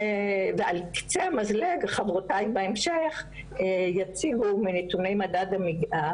ועל קצה המזלג חברותיי בהמשך יציגו נתוני מדד המגדר.